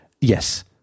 Yes